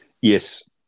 yes